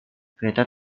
kereta